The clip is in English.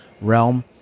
realm